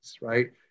Right